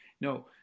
No